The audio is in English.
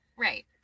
Right